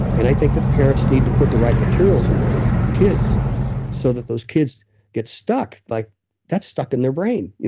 and i think that parents need to put the right materials in front of kids so that those kids get stuck. like that stuck in their brain.